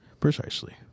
Precisely